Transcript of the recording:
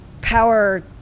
power